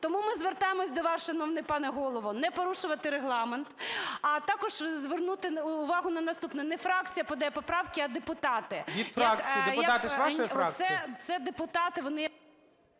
Тому ми звертаємось до вас, шановний пане Голово, не порушувати Регламент, а також звернути увагу на наступне: не фракція подає поправки, а депутати. ГОЛОВУЮЧИЙ. Від фракцій, депутати ж вашої фракції?